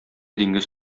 диңгез